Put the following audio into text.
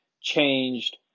changed